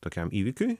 tokiam įvykiui